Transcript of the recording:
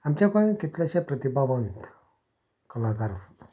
आमच्या गोंयांत कितलेशे प्रतिभावंत कलाकार आसात